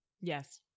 Yes